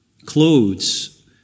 clothes